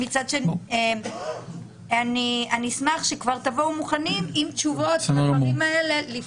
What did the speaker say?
מצד שני אני אשמח שכבר תבואו מוכנים עם תשובות לדברים האלה.